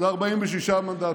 זה 46 מנדטים,